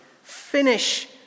finish